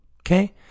Okay